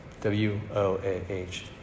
W-O-A-H